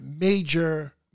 major